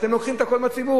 אתם לוקחים את הכול מהציבור.